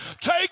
Take